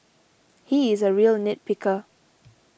he is a real nit picker